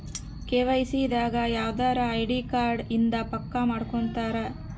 KYC ದಾಗ ಯವ್ದರ ID card ಇಂದ ಪಕ್ಕ ಮಾಡ್ಕೊತರ